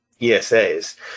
ESAs